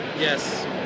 yes